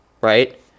right